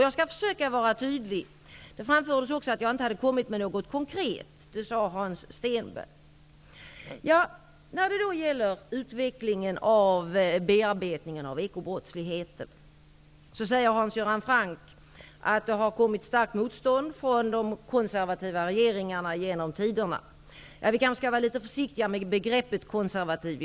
Jag skall försöka vara tydlig. Det framfördes också, av Hans Stenberg, att jag inte har kommit med något konkret. När det gäller utvecklingen av bearbetningen av ekobrottsligheten säger Hans Göran Franck att det har varit ett starkt motstånd från de konservativa regeringarna genom tiderna. Vi kanske i dag skall vara litet försiktiga med begreppet konservativ.